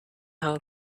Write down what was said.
how